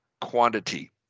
quantity